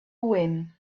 win